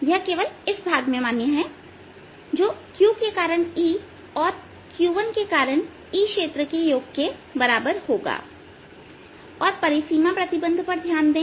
यह केवल इस भाग में मान्य है जो q के कारण E और q1के कारण E क्षेत्र के योग के बराबर होगा और परिसीमा प्रतिबंध पर ध्यान दें